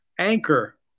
Anchor